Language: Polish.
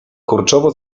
kurczowo